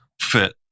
fit